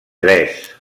tres